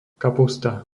kapusta